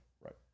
right